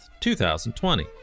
2020